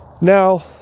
Now